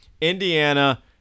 Indiana